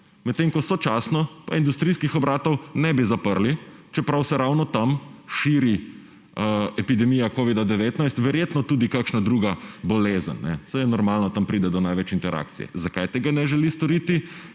medtem ko sočasno pa industrijskih obratov ne bi zaprli, čeprav se ravno tam širi epidemija covida-19, verjetno tudi kakšna druga bolezen. Saj je normalno, tam pride do največ interakcije. Zakaj tega ne želi storiti